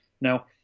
Now